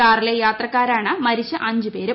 കാറിലെ യാത്രക്കാരാണ് മരിച്ച അഞ്ചു പേരും